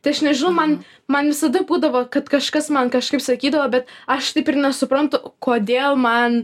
tai aš nežinau man man visada būdavo kad kažkas man kažkaip sakydavo bet aš taip ir nesuprantu kodėl man